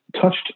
touched